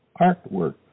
Artwork